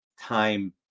time